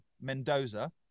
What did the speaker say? Mendoza